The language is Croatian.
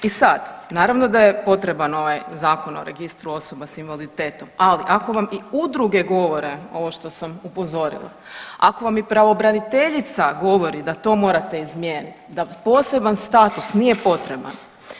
I sad naravno da je potreban ovaj Zakon o Registru osoba s invaliditetom, ali ako vam i udruge govore ovo što sam upozorila, ako vam i pravobraniteljica govori da to morate izmijenit, da poseban status nije potreban.